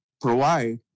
provide